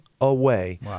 away